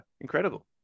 Incredible